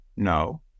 no